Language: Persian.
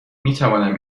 میتوانم